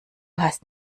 hast